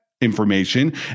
information